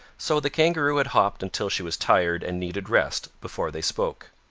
so the kangaroo had hopped until she was tired and needed rest, before they spoke.